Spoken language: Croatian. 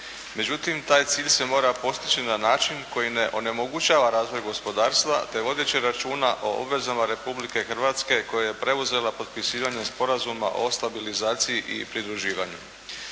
Međutim, taj cilj se mora postići na način koji ne onemogućava razvoj gospodarstva, te vodeći računa o obvezama Republike Hrvatske koje je preuzela potpisivanjem Sporazuma o stabilizaciji i pridruživanju.